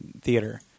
Theater